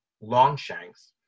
Longshanks